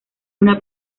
una